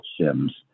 Sims